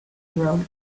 road